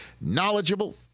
knowledgeable